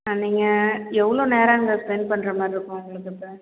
நீங்கள் எவ்வளோ நேரம் அங்கே ஸ்பென்ட் பண்ணுற மாதிரி இருக்கும் உங்களுக்கு இப்போ